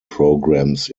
programs